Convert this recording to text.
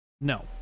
No